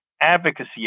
advocacy